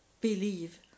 believe